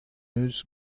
eus